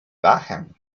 dachem